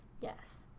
Yes